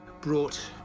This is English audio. brought